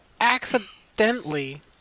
accidentally